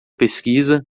pesquisa